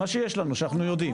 מה שיש לנו שאנחנו יודעים,